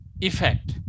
effect